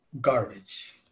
Garbage